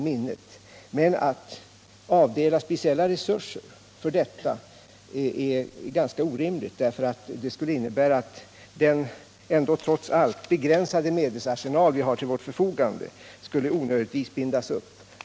Men att avdela speciella resurser för detta är ganska orimligt därför att det skulle innebära att den trots allt begränsade medelsarsenal som vi har till förfogande onödigtvis skulle bindas upp.